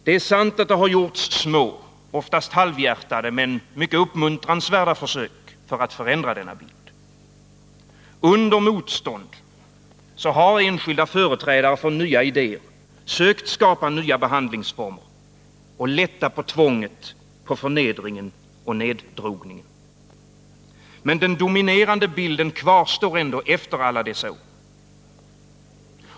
Det är sant att det har gjorts små, oftast halvhjärtade, men mycket uppmuntransvärda försök att förändra denna bild. Under motstånd har enskilda företrädare för nya idéer sökt skapa nya behandlingsformer och lätta på tvånget, förnedringen och neddrogningen. Men den dominerande bilden kvarstår ändå efter alla dessa år.